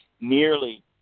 nearly